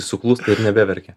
suklūsta ir nebeverkia